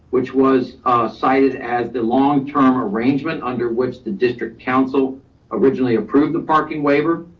which was cited as the longterm arrangement under which the district council originally approved the parking waiver.